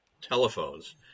telephones